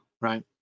Right